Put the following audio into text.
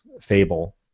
fable